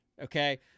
Okay